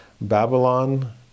Babylon